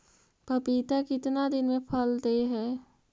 पपीता कितना दिन मे फल दे हय?